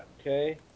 Okay